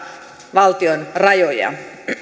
valtion rajoja